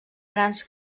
grans